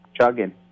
chugging